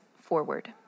forward